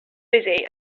busy